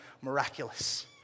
miraculous